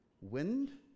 Wind